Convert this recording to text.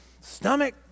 stomach